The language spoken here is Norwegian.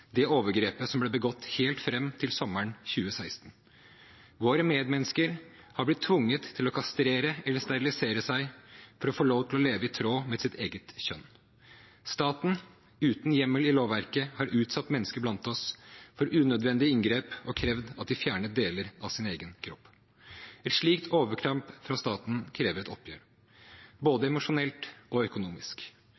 det overgrepet som ble begått helt fram til sommeren 2016. Våre medmennesker har blitt tvunget til å kastrere eller sterilisere seg for å få lov til å leve i tråd med sitt eget kjønn. Staten, uten hjemmel i lovverket, har utsatt mennesker blant oss for unødvendige inngrep og krevd at de fjerner deler av sin egen kropp. Et slikt overtramp fra staten krever et oppgjør, både